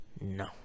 No